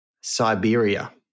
Siberia